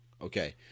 Okay